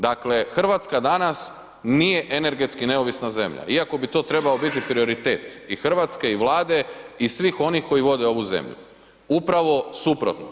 Dakle Hrvatska danas nije energetski neovisna zemlja iako bi to trebao biti prioritet i Hrvatske i Vlade i svih onih koji vode ovu zemlju, upravo suprotno.